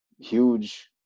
huge